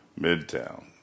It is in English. midtown